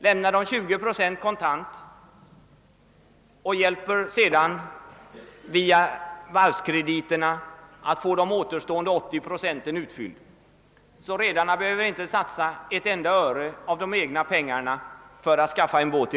Denna summa lämnas kontant och man hjälper sedan via varvskrediterna till med de återstående 80 procenten. Rederierna behöver alltså i dag inte satsa ett enda öre av egna pengar för att skaffa en båt.